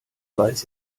weiß